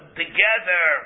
together